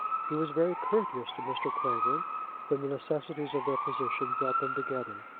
he was very courteous to mr. clavering when the necessities of their position brought them together.